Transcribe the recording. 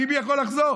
ביבי יכול לחזור,